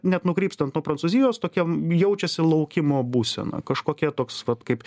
net nukrypstant nuo prancūzijos tokia jaučiasi laukimo būsena kažkokia toks vat kaip